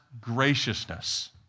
graciousness